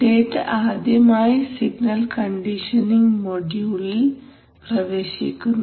data ആദ്യമായി signal conditioning മോഡ്യൂളിൽ പ്രവേശിക്കുന്നു